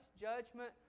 judgment